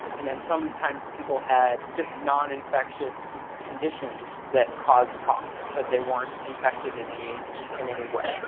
and then sometimes people had just non-infectious conditions that caused coughs, but they weren't infected in any in any way. the